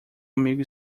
amigo